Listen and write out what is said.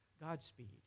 Godspeed